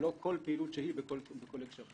ולא כל פעילות שהיא בכל ההקשרים.